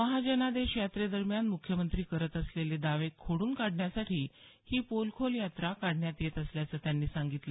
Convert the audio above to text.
महाजनादेश यात्रे दरम्यान मुख्यमंत्री करत असलेले दावे खोडून काढण्यासाठी ही पोलखोल यात्रा काढण्यात येत असल्याचं त्यांनी सांगितलं